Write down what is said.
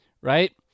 right